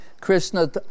Krishna